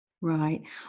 Right